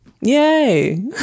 yay